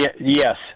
Yes